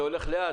זה הולך לאט,